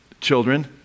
children